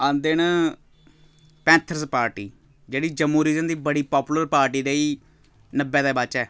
आंदे न Panthers party जेह्ड़ी जम्मू रीजन दी बड़ी पापुलर पार्टी रेही नब्बै दे बाद च